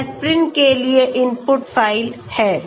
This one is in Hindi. यह एस्पिरिन के लिए इनपुट फ़ाइल है